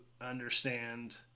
understand